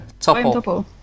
Topol